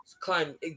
climb